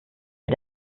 wir